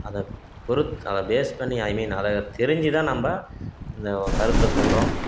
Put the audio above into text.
அதை பொருத்து அதை பேஸ் பண்ணி ஐ மீன் அதை தெரிஞ்சு தான் நம்ம இந்த கருத்தை சொல்கிறோம்